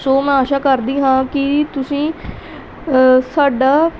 ਸੋ ਮੈਂ ਆਸ ਕਰਦੀ ਹਾਂ ਕਿ ਤੁਸੀਂ ਸਾਡਾ